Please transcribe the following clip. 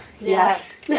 Yes